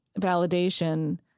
validation